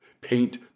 paint